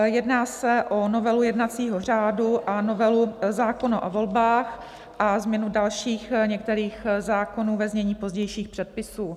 Jedná se o novelu jednacího řádu a novelu zákona o volbách a změnu dalších některých zákonů, ve znění pozdějších předpisů.